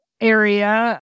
area